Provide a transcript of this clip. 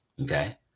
Okay